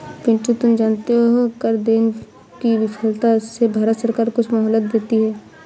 पिंटू तुम जानते हो कर देने की विफलता से भारत सरकार कुछ मोहलत देती है